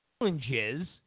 challenges